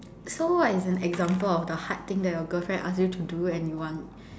so what is an example of the hard thing that your girlfriend ask you to do and you want